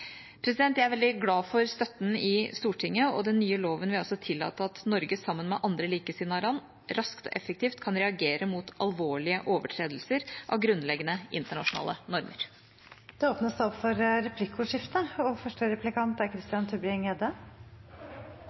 Jeg er veldig glad for støtten i Stortinget. Den nye loven vil altså tillate at Norge sammen med andre likesinnede land raskt og effektivt kan reagere mot alvorlige overtredelser av grunnleggende internasjonale normer. Det blir replikkordskifte. Vi har vel alle opplevd at begrepet «menneskerettigheter» er